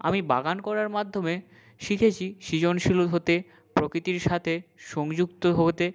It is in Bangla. আমি বাগান করার মাধ্যমে শিখেছি সৃজনশীল হতে প্রকৃতির সাথে সংযুক্ত হতে